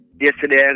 Yesterday